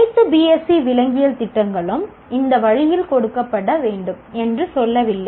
அனைத்து பிஎஸ்சி விலங்கியல் திட்டங்களும் இந்த வழியில் கொடுக்கப்பட வேண்டும் என்று சொல்லவில்லை